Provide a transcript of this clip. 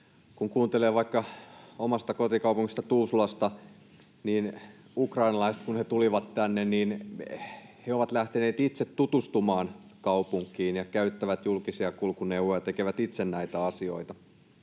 Kun kuuntelee vaikka omasta kotikaupungistani, Tuusulasta, niin kun ukrainalaiset tulivat tänne, he ovat lähteneet itse tutustumaan kaupunkiin ja käyttävät julkisia kulkuneuvoja ja tekevät itse näitä asioita.